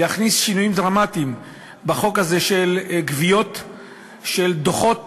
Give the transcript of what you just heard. להכניס שינויים דרמטיים בחוק הזה של גבייה של דוחות